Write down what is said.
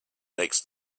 next